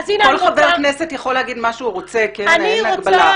אני רוצה